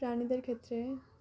প্রাণীদের ক্ষেত্রে